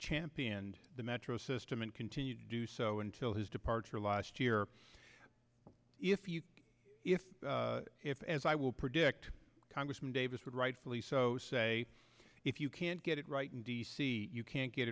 championed the metro system and continue to do so until his departure last year if you if if as i will predict congressman davis would rightfully so say if you can't get it right in d c you can't get